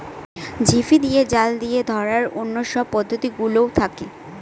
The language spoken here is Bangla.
ঝিপি দিয়ে, জাল দিয়ে ধরার অন্য সব পদ্ধতি গুলোও থাকে